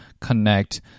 connect